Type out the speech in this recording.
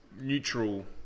neutral